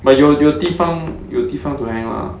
but 你有你有地方你有地方 to hang lah